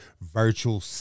virtual